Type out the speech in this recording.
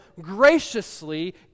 graciously